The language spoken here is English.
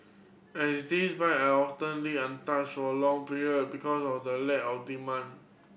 and these bike are often left untouched for long period because of the lack of demand